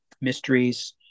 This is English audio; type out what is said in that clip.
mysteries